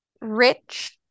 Rich